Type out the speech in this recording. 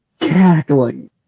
cackling